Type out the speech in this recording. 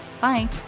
Bye